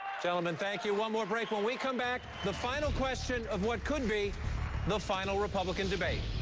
gentleman, thank you. one more break. when we come back, the final question of what could be the final republican debate.